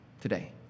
today